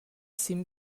sin